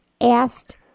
asked